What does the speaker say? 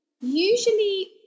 Usually